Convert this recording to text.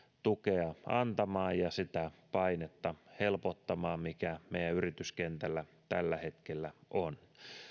tukea antamaan ja sitä painetta helpottamaan mikä meidän yrityskentällä tällä hetkellä on